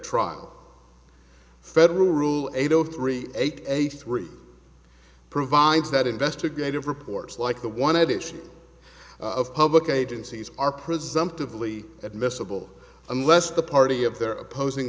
trial federal rule eight zero three eight eighty three provides that investigative reports like the one i had issue of public agencies are presumption of lee admissible unless the party of their opposing